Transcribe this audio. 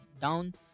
down